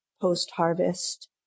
post-harvest